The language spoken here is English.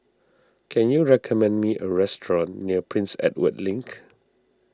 can you recommend me a restaurant near Prince Edward Link